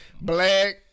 Black